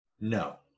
no